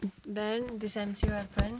then descent juan fan